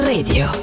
Radio